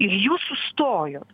ir jūs sustojot